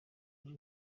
ari